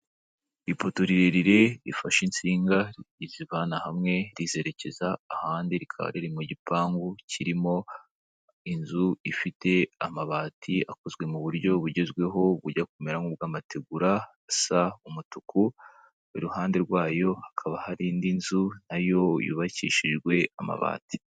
Ipoto rirerire rifashe insinga rizivana hamwe rizerekeza ahandi rikaba riri mu gipangu kirimo inzu ifite amabati akozwe mu buryo bugezweho bujya kumera nka amategura asa umutuku, iruhande rwayo hakaba hari indi nzu nayo yubakishijwe amabati.